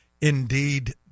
Indeed